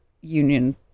union